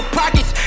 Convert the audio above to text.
pockets